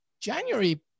January